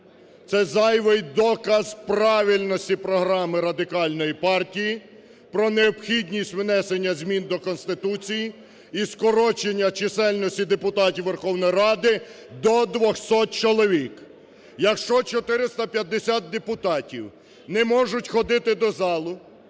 Це зайвий доказ правильності програми Радикальної партії про необхідність внесення змін до Конституції і скорочення чисельності депутатів Верховної Ради до 200 чоловік. Якщо 450 депутатів не можуть ходити до залу,